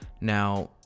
now